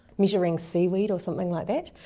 measuring seaweed or something like that,